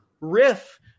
riff